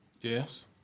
Yes